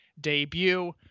debut